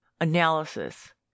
Analysis